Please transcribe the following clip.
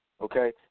Okay